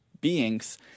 beings